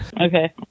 Okay